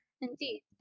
Indeed